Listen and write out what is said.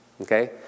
Okay